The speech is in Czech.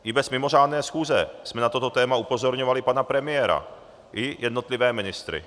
I bez mimořádné schůze jsme na toto téma upozorňovali pana premiéra i jednotlivé ministry.